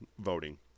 voting